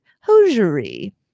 hosiery